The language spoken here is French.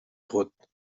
croûte